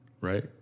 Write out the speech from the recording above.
Right